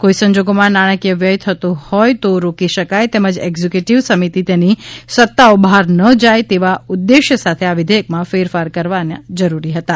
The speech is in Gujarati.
કોઇ સંજોગોમાં નાણાકીય વ્યય થતો હોય તો રોકી શકાય તેમજ એક્યુ ુકેટિવ સમિતિ તેની સત્તાઓ બહાર ન જાય તેવા ઉદ્દેશ્યો સાથે આ વિધેયકમાં ફેરફાર કરવા જરૂરી હતાં